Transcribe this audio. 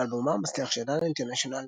לאלבומה המצליח של דנה אינטרנשיונל,